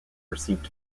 received